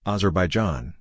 Azerbaijan